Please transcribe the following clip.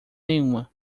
nenhuma